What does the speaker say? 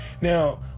Now